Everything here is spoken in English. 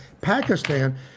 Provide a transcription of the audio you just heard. Pakistan